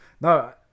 no